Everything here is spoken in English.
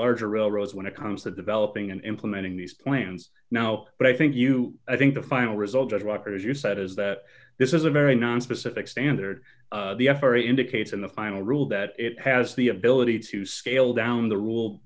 larger railroads when it comes to developing and implementing these plans now but i think you i think the final result that record as you said is that this is a very nonspecific standard the f r a indicates in the final rules that it has the ability to scale down the rule